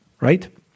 Right